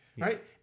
Right